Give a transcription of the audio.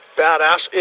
badass